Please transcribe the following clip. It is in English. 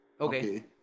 Okay